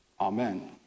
Amen